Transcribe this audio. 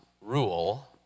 rule